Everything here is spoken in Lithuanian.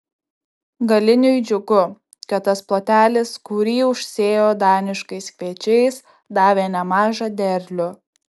galiniui džiugu kad tas plotelis kurį užsėjo daniškais kviečiais davė nemažą derlių